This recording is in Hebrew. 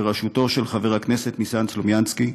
בראשותו של חבר הכנסת ניסן סלומינסקי,